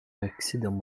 l’excédent